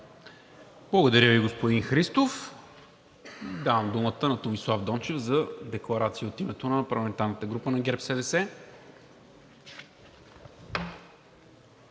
Благодаря Ви, господин Христов. Давам думата на Томислав Дончев за декларация от името на парламентарната група на ГЕРБ-СДС.